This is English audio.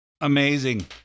Amazing